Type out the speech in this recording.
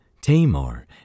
Tamar